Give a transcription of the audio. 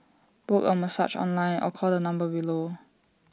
book A massage online or call the number below